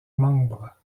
membres